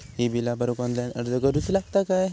ही बीला भरूक ऑनलाइन अर्ज करूचो लागत काय?